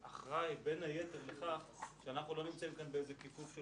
הוא אחראי בין היתר לכך שאנחנו לא נמצאים פה באיזה כיפוף של